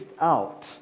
out